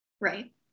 Right